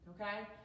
Okay